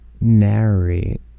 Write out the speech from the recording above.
narrate